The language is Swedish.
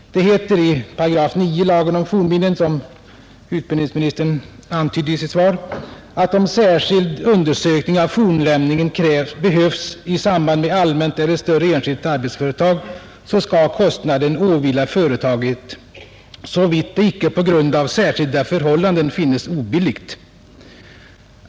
Det heter i 9 § i lagen om fornminnen — som utbildningsministern antydde i sitt svar — att om särskild undersökning av fornlämningen behövs i samband med ”allmänt eller större enskilt arbetsföretag” så skall kostnaden åvila företaget ”såvitt det icke på grund av särskilda förhållanden finnes obilligt”.